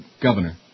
governor